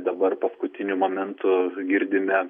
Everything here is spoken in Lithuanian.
dabar paskutiniu momentu girdime